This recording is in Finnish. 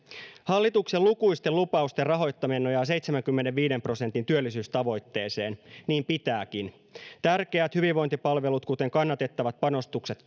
hallituksen lukuisten lupausten rahoittaminen nojaa seitsemänkymmenenviiden prosentin työllisyystavoitteeseen niin pitääkin tärkeät hyvinvointipalvelut kuten kannatettavat panostukset